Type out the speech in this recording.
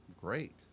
great